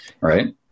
right